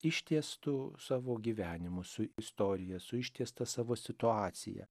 ištiestu savo gyvenimu su istorija su ištiesta savo situacija